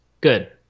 Good